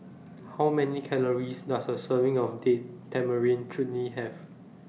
How Many Calories Does A Serving of Date Tamarind Chutney Have